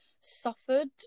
suffered